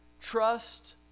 Trust